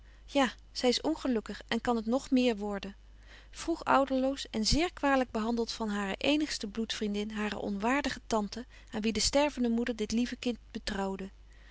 ja zy is ongelukkig en kan het nog meer worden vroeg ouderloos en zeer kwalyk behandelt van hare eenigste bloedvriendin hare onwaardige tante aan wie de stervende moeder dit lieve kind betrouwde